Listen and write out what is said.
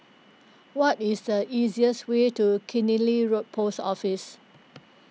what is the easiest way to Killiney Road Post Office